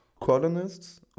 colonists